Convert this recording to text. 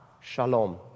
Shalom